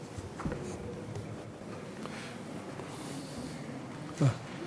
אדוני היושב-ראש, חברי חברי הכנסת, ב-23